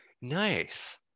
Nice